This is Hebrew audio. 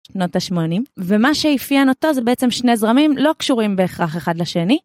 שנות ה-80, ומה שאיפיין אותו זה בעצם שני זרמים לא קשורים בהכרח אחד לשני.